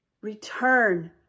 return